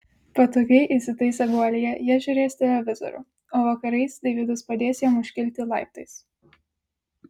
patogiai įsitaisę guolyje jie žiūrės televizorių o vakarais deividas padės jam užkilti laiptais